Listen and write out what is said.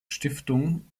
stiftung